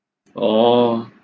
orh